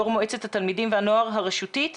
יו"ר מועצת התלמידים והנוער הרשותית מרחובות,